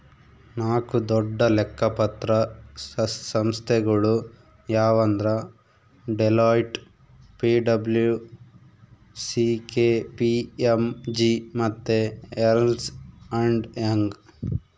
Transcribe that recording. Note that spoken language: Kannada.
ನಾಕು ದೊಡ್ಡ ಲೆಕ್ಕ ಪತ್ರ ಸಂಸ್ಥೆಗುಳು ಯಾವಂದ್ರ ಡೆಲೋಯ್ಟ್, ಪಿ.ಡಬ್ಲೂ.ಸಿ.ಕೆ.ಪಿ.ಎಮ್.ಜಿ ಮತ್ತೆ ಎರ್ನ್ಸ್ ಅಂಡ್ ಯಂಗ್